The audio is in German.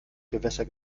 gewässer